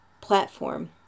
platform